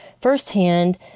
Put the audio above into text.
firsthand